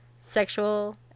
Sexual